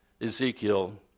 Ezekiel